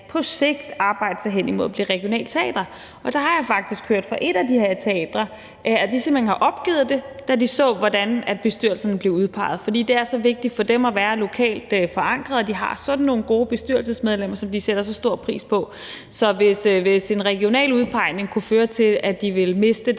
på sigt at arbejde hen imod at blive regionale teatre. Og der har jeg faktisk hørt fra et af de her teatre, at de simpelt hen opgav det, da de så, hvordan bestyrelsen blev udpeget. For det er så vigtigt for dem at være lokalt forankret, og de har sådan nogle gode bestyrelsesmedlemmer, som de sætter så stor pris på. Så hvis en regional udpegning kunne føre til, at de ville miste den